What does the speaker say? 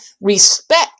respect